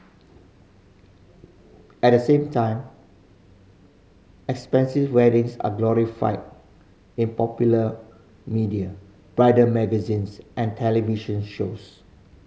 at the same time expensive weddings are glorified in popular media bridal magazines and television shows